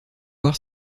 voir